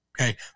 okay